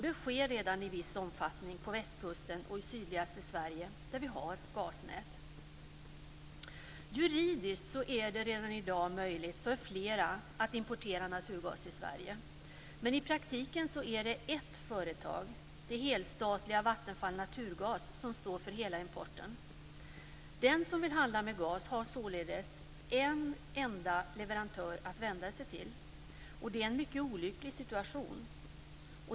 Det sker redan i viss omfattning på västkusten och i sydligaste Sverige där vi har gasnät. Juridiskt är det redan i dag möjligt för flera att importera naturgas till Sverige. Men i praktiken är det ett företag, det helstatliga Vattenfall Naturgas, som står för hela importen. Den som vill handla med gas har således en enda leverantör att vända sig till och det är en mycket olycklig situation.